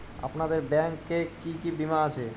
আপনাদের ব্যাংক এ কি কি বীমা আছে?